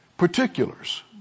Particulars